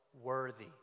Worthy